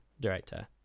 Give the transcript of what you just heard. director